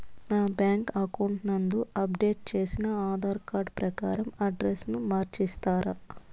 నా bank account నందు update చేసిన ఆధార్ కార్డు ప్రకారం అడ్రస్ ను మార్చిస్తారా?